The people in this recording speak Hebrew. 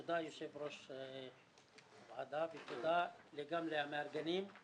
תודה ליושב ראש הוועדה ותודה למארגני היום הזה.